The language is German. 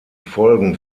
folgen